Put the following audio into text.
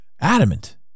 adamant